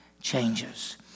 changes